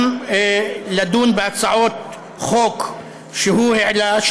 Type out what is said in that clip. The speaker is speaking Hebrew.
גם לדון בהצעות חוק שהוא העלה,